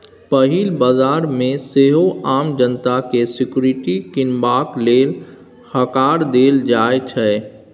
पहिल बजार मे सेहो आम जनता केँ सिक्युरिटी कीनबाक लेल हकार देल जाइ छै